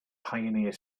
pioneer